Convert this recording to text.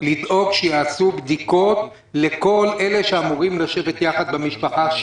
לדאוג שייעשו בדיקות לכל אלה שאמורים לשבת שבעה יחד במשפחה.